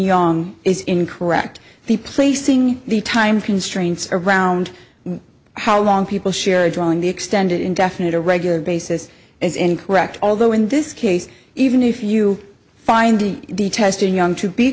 young is incorrect the placing the time constraints around how long people share drawing the extended indefinite a regular basis is incorrect although in this case even if you find the testing young to be